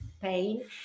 pain